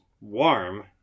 warm